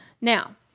Now